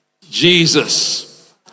Jesus